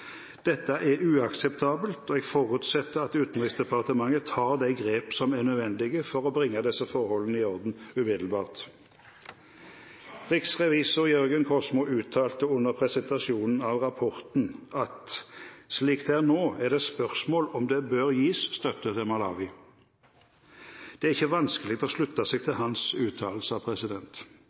Dette er uakseptabelt, og jeg forutsetter at Utenriksdepartementet tar de grep som er nødvendige for å bringe disse forholdene i orden umiddelbart. Riksrevisor Jørgen Kosmo uttalte under presentasjonen av rapporten at «slik det er nå, er det et spørsmål om det bør gis slik støtte til Malawi». Det er ikke vanskelig å slutte seg til hans uttalelser.